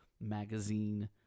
magazine